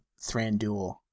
Thranduil